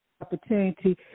opportunity